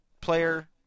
player